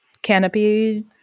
Canopy